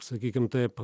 sakykim taip